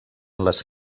les